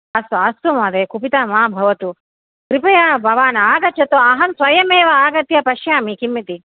अस्तु अस्तु महोदय कुपितः मा भवतु कृपया भवान् आगच्छतु अहं स्वयमेव आगत्य पश्यामि किमिति